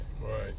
Right